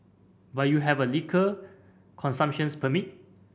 but you have a liquor consumptions permit